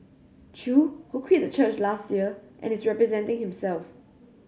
Chew who quit the church last year and is representing himself